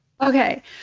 okay